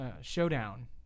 showdown